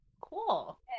Cool